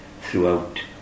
throughout